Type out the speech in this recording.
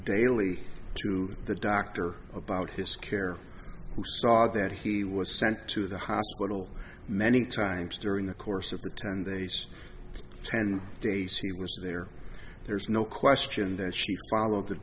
daily to the doctor about his care who saw that he was sent to the hospital many times during the course of her ten days ten days he was there there's no question that she followed the